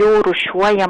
o rūšiuojam